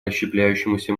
расщепляющемуся